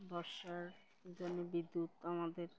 বর্ষার জন্য বিদ্যুৎ আমাদের